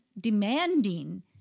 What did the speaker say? demanding